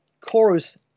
chorus